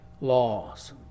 laws